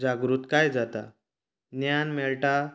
जागृतकाय जाता ज्ञान मेळटा